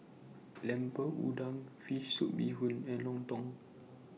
Lemper Udang Fish Soup Bee Hoon and Lontong